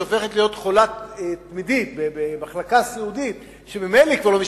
הופכת להיות חולה תמידית במחלקה סיעודית,